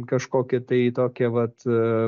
kažkokį tai tokį vat